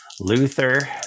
Luther